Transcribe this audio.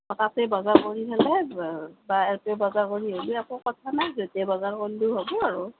অঁ তাতে বজাৰ কৰি ফেলে বা বা এতে বজাৰ কৰি হ'লেও একো কথা নাই য'তে বজাৰ কৰিলেও হ'ব আৰু